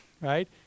right